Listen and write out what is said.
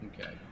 Okay